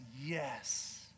yes